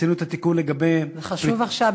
עשינו את התיקון לגבי --- זה חשוב עכשיו,